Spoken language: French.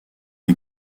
les